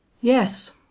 Yes